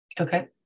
Okay